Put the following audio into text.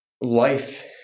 life